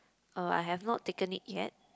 uh I have not taken it yet